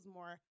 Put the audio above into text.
more